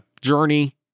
Journey